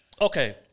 Okay